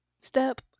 step